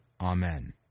Amen